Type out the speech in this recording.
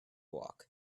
walk